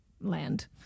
land